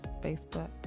Facebook